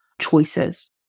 choices